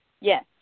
Yes